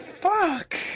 Fuck